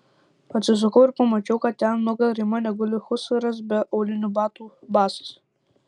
atsisukau ir pamačiau kad ten nugara į mane guli husaras be aulinių batų basas